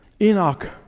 Enoch